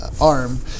arm